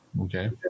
okay